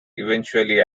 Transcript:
eventually